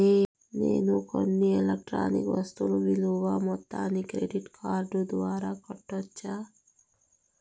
నేను కొన్న ఎలక్ట్రానిక్ వస్తువుల విలువ మొత్తాన్ని క్రెడిట్ కార్డు ద్వారా కట్టొచ్చా?